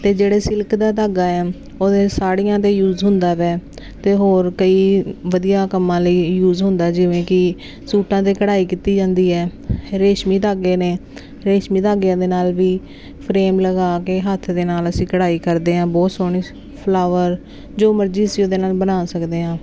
ਅਤੇ ਜਿਹੜੇ ਸਿਲਕ ਦਾ ਧਾਗਾ ਆ ਉਹਦੇ ਸਾੜੀਆਂ ਦੇ ਯੂਜ਼ ਹੁੰਦਾ ਵੈ ਅਤੇ ਹੋਰ ਕਈ ਵਧੀਆ ਕੰਮਾਂ ਲਈ ਯੂਜ਼ ਹੁੰਦਾ ਜਿਵੇਂ ਕਿ ਸੂਟਾਂ 'ਤੇ ਕਢਾਈ ਕੀਤੀ ਜਾਂਦੀ ਹੈ ਰੇਸ਼ਮੀ ਧਾਗੇ ਨੇ ਰੇਸ਼ਮੀ ਧਾਗਿਆਂ ਦੇ ਨਾਲ ਵੀ ਫਰੇਮ ਲਗਾ ਕੇ ਹੱਥ ਦੇ ਨਾਲ ਅਸੀਂ ਕਢਾਈ ਕਰਦੇ ਹਾਂ ਬਹੁਤ ਸੋਹਣੀ ਫਲਾਵਰ ਜੋ ਮਰਜ਼ੀ ਅਸੀ ਉਹਦੇ ਨਾਲ ਬਣਾ ਸਕਦੇ ਹਾਂ